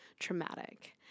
traumatic